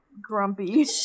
grumpy